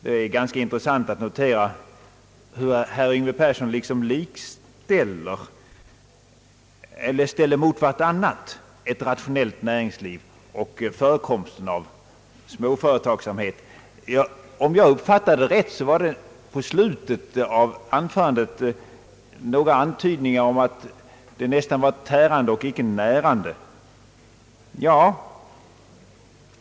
Det är intressant att notera hur herr Yngve Persson liksom ställer mot vartannat ett rationellt näringsliv och förekomsten av småföretagsamhet. Om jag uppfattade rätt var det i slutet av anförandet några antydningar om att småföretagandet nästan var tärande och icke närande.